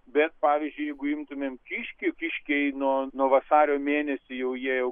bet pavyzdžiui jeigu imtumėm kiškį kiškiai nuo nuo vasario mėnesį jie jau